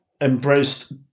embraced